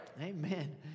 Amen